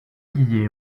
guillet